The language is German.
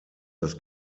das